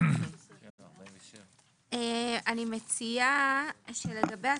47. לגבי התוספת,